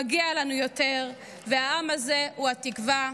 מגיע לנו יותר, והעם הזה הוא התקווה.